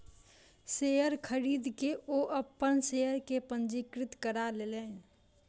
share खरीद के ओ अपन शेयर के पंजीकृत करा लेलैन